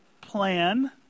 plan